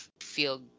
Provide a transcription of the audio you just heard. feel